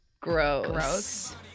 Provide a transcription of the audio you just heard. Gross